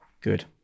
Good